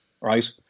right